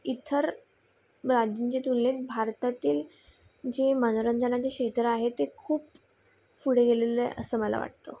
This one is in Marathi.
इतर राज्यांच्या तुलनेत भारतातील जे मनोरंजनाचे क्षेत्र आहे ते खूप पुढे गेलेलं आहे असं मला वाटतं